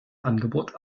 angebot